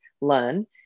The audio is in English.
learn